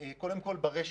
השקעה מאוד גדולה ברשת.